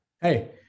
Hey